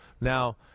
Now